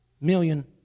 million